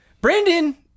Brandon